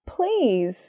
please